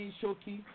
Shoki